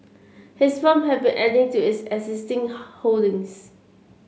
his firm have been adding to is existing holdings